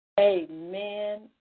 Amen